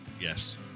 Yes